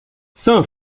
saint